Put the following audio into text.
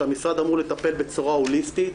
שהמשרד אמור לטפל בצורה הוליסטית